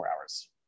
hours